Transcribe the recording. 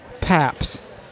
Paps